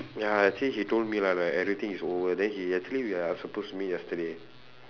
ya actually he told me lah like everything is over then he actually we are supposed to meet yesterday